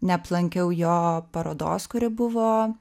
neaplankiau jo parodos kuri buvo